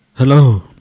hello